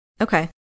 Okay